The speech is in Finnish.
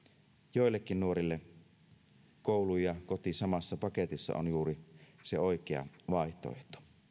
joillekin nuorille koulu ja koti samassa paketissa on juuri se oikea vaihtoehto